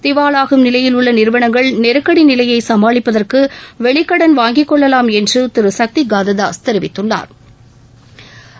திவாவாகும் நிலையில் உள்ள நிறுவனங்கள் நெருக்கடி நிலையை சமாளிப்பதற்கு வெளிக்கடன் வாங்கிக் கொள்ளலாம் என்று திரு சக்தி காந்ததாஸ் தெரிவித்துள்ளாா்